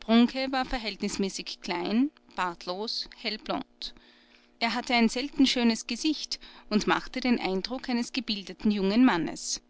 brunke war verhältnismäßig klein bartlos hellblond er hatte ein selten schönes gesicht und machte den eindruck eines gebildeten jungen mannes